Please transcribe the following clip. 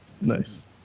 Nice